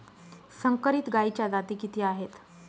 संकरित गायीच्या जाती किती आहेत?